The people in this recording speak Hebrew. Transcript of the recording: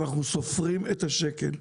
אבל אנחנו אנשים שסופרים את השקל.